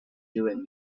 doing